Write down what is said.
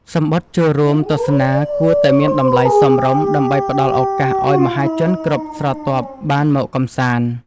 សំបុត្រចូលរួមទស្សនាគួរតែមានតម្លៃសមរម្យដើម្បីផ្ដល់ឱកាសឱ្យមហាជនគ្រប់ស្រទាប់បានមកកម្សាន្ត។